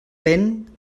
vent